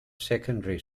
secondary